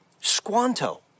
Squanto